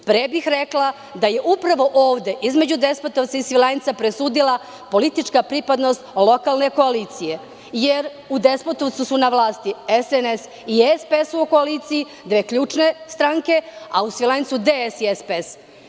Pre bih rekla da je upravo ovde između Despotovca i Svilajnca presudila politička pripadnost lokalne koalicije, jer u Despotovcu su na vlasti SNS i SPS u koaliciji, dve ključne stranke, a u Svilajncu DSS i SPS.